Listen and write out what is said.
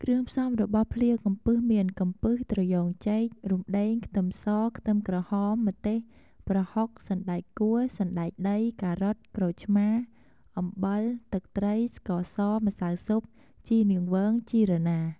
គ្រឿងផ្សំរបស់ភ្លាកំពឹសមាន កំពឹស ត្រយូងចេក រំដេង ខ្ទឹមស ខ្ទឹមក្រហម ម្ទេស ប្រហុក សណ្តែកគួរ សណ្តែកដី ការ៉ុត ក្រូចឆ្មា អំបិល ទឹកត្រី ស្ករស ម្សៅស៊ុប ជីនាងវង ជីរណា។